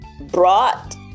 brought